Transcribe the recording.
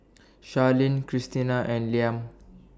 Sharyn Krystina and Liam